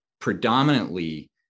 predominantly